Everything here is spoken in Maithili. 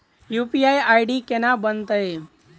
यु.पी.आई आई.डी केना बनतै?